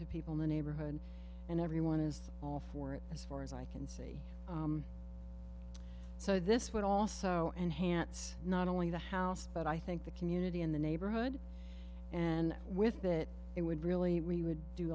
to people in the neighborhood and everyone is all for it as far as i can see so this would also enhance not only the house but i think the community in the neighborhood and with that it would really we would do